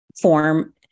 form